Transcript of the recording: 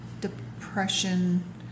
depression